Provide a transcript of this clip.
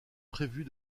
prévue